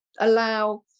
allow